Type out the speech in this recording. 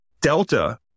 Delta